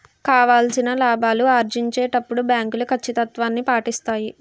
కావాల్సిన లాభాలు ఆర్జించేటప్పుడు బ్యాంకులు కచ్చితత్వాన్ని పాటిస్తాయి